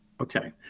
okay